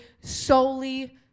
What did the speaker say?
solely